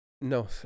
No